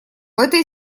этой